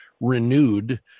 renewed